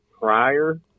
prior